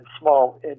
small